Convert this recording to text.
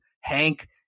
hank